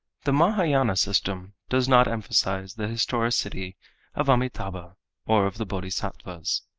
the mahayana system does not emphasize the historicity of amitabha or of the bodhisattvas.